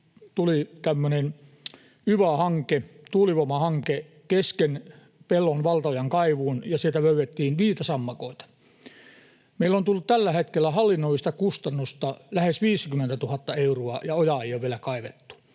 yva-hanke, tuulivoimahanke, kesken pellon valtaojan kaivuun, ja sieltä löydettiin viitasammakoita. Meille on tullut tällä hetkellä hallinnollista kustannusta lähes 50 000 euroa, ja ojaa ei ole vielä kaivettu.